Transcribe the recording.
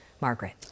Margaret